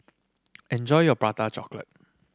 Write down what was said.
enjoy your Prata Chocolate